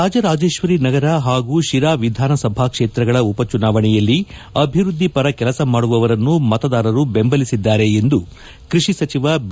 ರಾಜರಾಜೇಶ್ವರಿ ನಗರ ಹಾಗೂ ಶಿರಾ ವಿಧಾನಸಭಾ ಕ್ಷೇತ್ರಗಳ ಉಪ ಚುನಾವಣೆಯಲ್ಲಿ ಅಭಿವೃದ್ದಿ ಪರ ಕೆಲಸ ಮಾಡುವವರನ್ನು ಮತದಾರರು ಬೆಂಬಲಿಸಿದ್ದಾರೆ ಎಂದು ಕೃಷಿ ಸಚಿವ ಬಿ